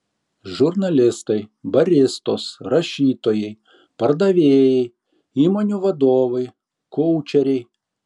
žurnalistai baristos rašytojai pardavėjai įmonių vadovai koučeriai